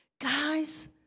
Guys